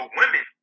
women